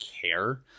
care